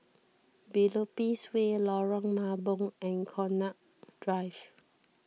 Biopolis Way Lorong Mambong and Connaught Drive